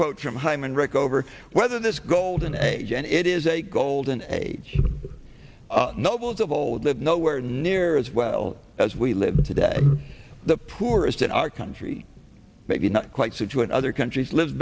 quote from hyman rickover whether this golden age and it is a golden age knoebels of old live nowhere near as well as we live today the poorest in our country maybe not quite so to another country's live